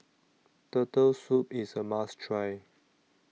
Turtle Soup IS A must Try